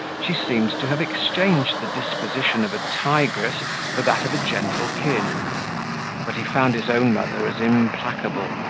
she seemed to have exchanged the disposition of a tigress for that of a gentle kid but he found his own mother as implacable,